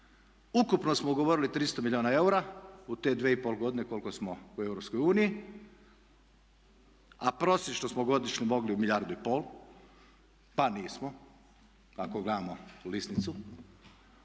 ukupno smo ugovorili 300 milijuna eura u te 2,5 godine koliko smo u Europskoj uniji a prosječno smo godišnje mogli milijardu i pol, pa nismo, ako gledamo lisnicu.